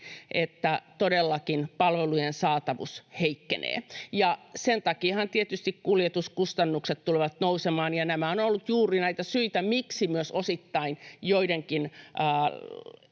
että todellakin palvelujen saatavuus heikkenee, ja sen takiahan tietysti kuljetuskustannukset tulevat nousemaan. Nämä ovat olleet juuri näitä syitä, miksi myös osittain joitakin